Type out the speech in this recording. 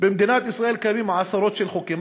במדינת ישראל קיימים עשרות חוקים.